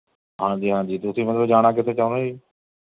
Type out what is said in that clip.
ਹਾਂਜੀ ਹਾਂਜੀ ਤੁਸੀਂ ਮਤਲਬ ਜਾਣਾ ਕਿੱਥੇ ਚਾਹੁੰਦੇ ਜੀ